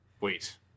Wait